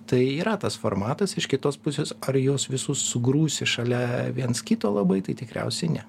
tai yra tas formatas iš kitos pusės ar juos visus sugrūsi šalia viens kito labai tai tikriausiai ne